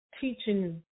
teaching